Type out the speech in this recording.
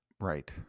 Right